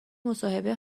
مصاحبه